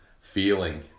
feeling